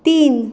तीन